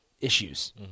issues